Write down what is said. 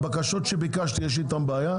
הבקשות שביקשתי יש איתם בעיה?